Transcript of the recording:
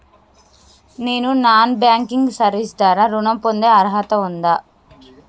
నేను non banking service ద్వారా ఋణం పొందే అర్హత ఉందా?